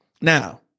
Now